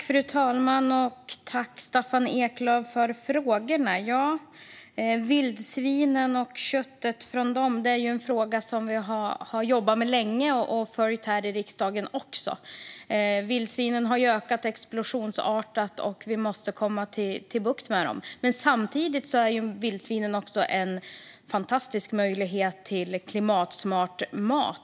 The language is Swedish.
Fru talman! Tack, Staffan Eklöf, för frågorna! Vildsvinen och köttet från dem är en fråga som vi har jobbat med länge och som vi också har följt här i riksdagen. Antalet vildsvin har ju ökat explosionsartat, och vi måste få bukt med dem. Samtidigt är vildsvinen en fantastisk möjlighet till klimatsmart mat.